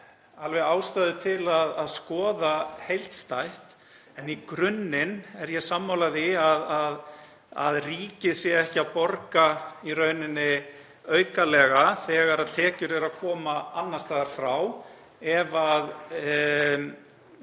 alveg ástæðu til að skoða heildstætt. En í grunninn er ég sammála því að ríkið sé ekki að borga í rauninni aukalega þegar tekjur eru að koma annars staðar frá, þ.e. það